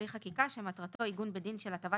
הליך חקיקה שמטרתו עיגון בדין של הטבת